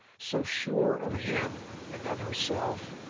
so sure of him and of herself,